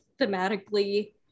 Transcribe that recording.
thematically